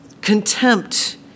Contempt